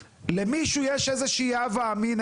למישהו יש איזה שהיא הווה אמינא,